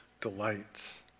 delights